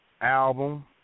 album